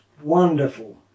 wonderful